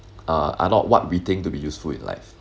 uh are not what we think to be useful in life